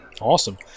Awesome